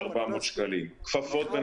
משמעותי.